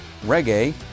reggae